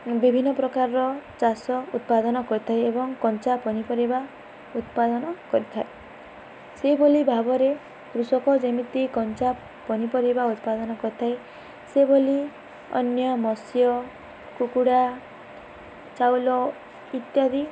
ବିଭିନ୍ନ ପ୍ରକାରର ଚାଷ ଉତ୍ପାଦନ କରିଥାଏ ଏବଂ କଞ୍ଚା ପନିପରିବା ଉତ୍ପାଦନ କରିଥାଏ ସେଭଳି ଭାବରେ କୃଷକ ଯେମିତି କଞ୍ଚା ପନିପରିବା ଉତ୍ପାଦନ କରିଥାଏ ସେଭଳି ଅନ୍ୟ ମତ୍ସ୍ୟ କୁକୁଡ଼ା ଚାଉଳ ଇତ୍ୟାଦି